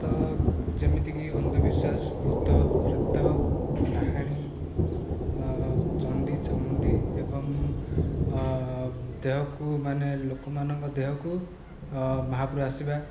ତ ଯେମିତିକି ଅନ୍ଧବିଶ୍ୱାସ ଭୂତପ୍ରେତ ଡାହାଣୀ ଚଣ୍ଡୀଚାମୁଣ୍ଡି ଏବଂ ଦେହକୁ ମାନେ ଲୋକମାନଙ୍କ ଦେହକୁ ମହାପୁରୁ ଆସିବା